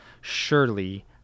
surely